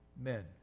men